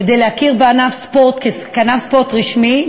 כדי להכיר בענף ספורט כענף ספורט רשמי,